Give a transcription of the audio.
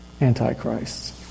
antichrists